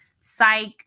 Psych